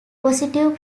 positive